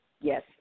yes